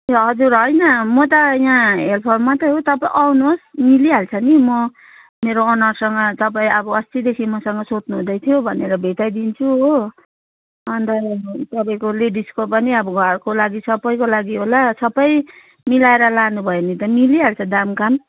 हजुर हैन म त यहाँ हेल्पर मात्रै हो तपाईँ आउनुहोस् मिलिहाल्छ नि म मेरो अनरसँग तपाईँ अब अस्तिदेखि मसँग सोध्नु हुँदैथियो भनेर भेटाइदिन्छु हो अनि त तपाईँको लेडिसको पनि अब घरको लागि सबैको लागि होला सबै मिलाएर लानुभयो भने त मिलिहाल्छ दाम काम